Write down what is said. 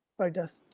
right dust.